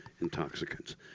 intoxicants